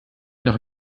noch